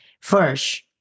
first